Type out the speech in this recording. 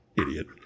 Idiot